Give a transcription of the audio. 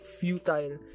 futile